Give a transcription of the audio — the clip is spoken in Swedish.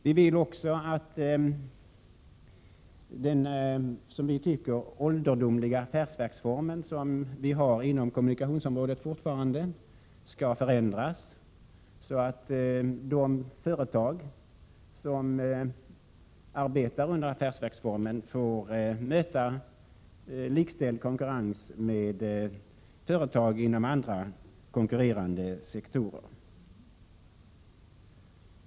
Vi vill också att den, som vi tycker, ålderdomliga affärsverksform som fortfarande finns inom kommunikationsområdet skall förändras, så att de företag som arbetar under affärsverksformen får möta likställd konkurrens av företag inom andra konkurrerande sektorer.